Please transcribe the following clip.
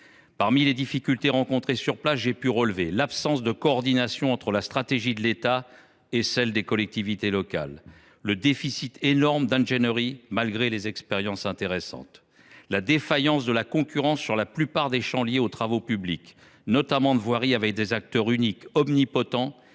Parmi les difficultés rencontrées sur place, j’ai pu relever l’absence de coordination entre la stratégie de l’État et celles des collectivités locales, le déficit énorme d’ingénierie malgré des expériences intéressantes, la défaillance de la concurrence sur la plupart des champs liés aux travaux publics, notamment de voirie, avec des acteurs uniques, omnipotents